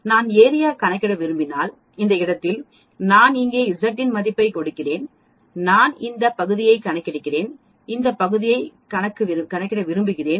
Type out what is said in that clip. நான் ஏரியா கணக்கிட விரும்பினால் இந்த இடத்தில் நான் இங்கே Z இன் மதிப்பைக் கொடுக்கிறேன் நான் இந்த பகுதியைக் கணக்கிடுங்கள் இந்த பகுதியைக் கணக்கு விரும்புகிறேன்